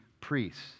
priests